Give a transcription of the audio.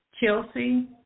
Chelsea